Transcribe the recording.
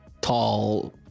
tall